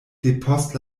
depost